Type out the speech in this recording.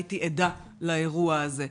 הייתי עדה לאירוע הזה.